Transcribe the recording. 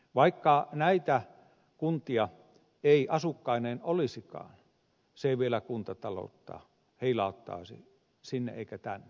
vaikka näitä kuntia ei asukkaineen olisikaan se ei vielä kuntataloutta heilauttaisi sinne eikä tänne